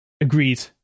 Agreed